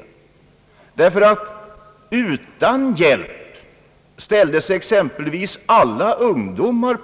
På 1930 talet ställdes exempelvis alla ungdomar,